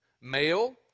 male